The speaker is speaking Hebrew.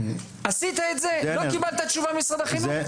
עשית את זה ולא קיבלת תשובה ממשרד החינוך?